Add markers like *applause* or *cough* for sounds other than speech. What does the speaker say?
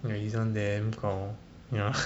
his [one] damn gao *laughs* ya